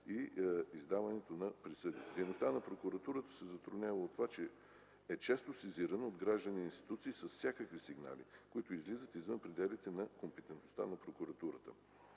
и издаването на присъди. Дейността на Прокуратурата се затруднява и от това, че е често сезирана от граждани и институции с всякакви сигнали, които излизат извън пределите на нейната компетентност.